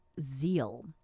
zeal